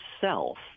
self